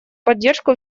поддержку